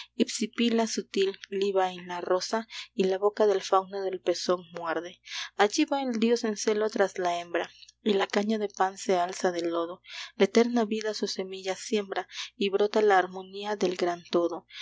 hipsipila sutil liba en la rosa y la boca del fauno el pezón muerde allí va el dios en celo tras la hembra y la caña de pan se alza del lodo la eterna vida sus semillas siembra y brota la armonía del gran todo